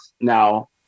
now